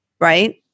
right